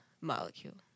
molecule